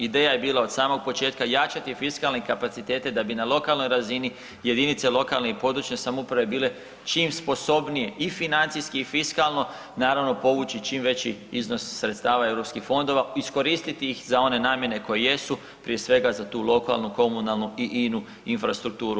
Ideja je bila od samog početka jačati fiskalne kapacitete da bi na lokalnoj razini, jedinice lokalne i područne samouprave bile čim sposobnije i financijski i fiskalno, naravno, povući čim veći iznos sredstava EU fondova, iskoristiti ih za one namjene koje jesu, prije svega, za tu lokalnu, komunalnu i inu infrastrukturu.